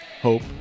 hope